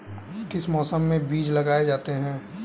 किस मौसम में बीज लगाए जाते हैं?